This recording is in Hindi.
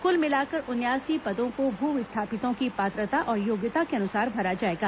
कुल मिलाकर उनयासी पदों को भू विस्थापितों की पात्रता और योग्यता के अनुसार भरा जाएगा